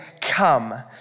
Come